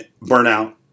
burnout